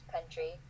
country